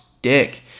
dick